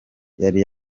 yari